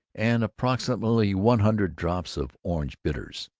and approximately one hundred drops of orange bitters.